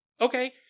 Okay